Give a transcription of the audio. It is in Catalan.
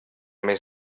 més